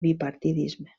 bipartidisme